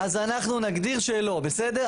אז אנחנו נגדיר שלא, בסדר?